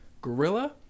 Gorilla